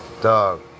dog